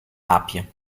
aapje